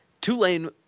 Tulane